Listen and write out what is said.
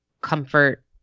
comfort